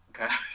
Okay